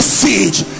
siege